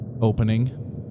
opening